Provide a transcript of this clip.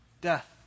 death